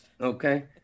Okay